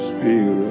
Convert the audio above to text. Spirit